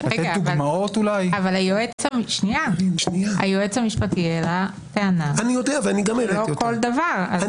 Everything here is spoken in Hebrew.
אבל היועץ המשפטי העלה טענה שלא כל דבר.